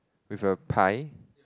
with a pie